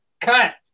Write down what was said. Cut